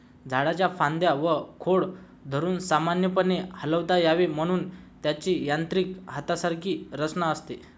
झाडाच्या फांद्या व खोड धरून सामान्यपणे हलवता यावे म्हणून त्याची यांत्रिक हातासारखी रचना असते